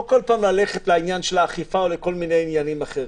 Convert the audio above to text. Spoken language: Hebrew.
אני מציע לא כל פעם ללכת לעניין של האכיפה או לכל מיני עניינים אחרים.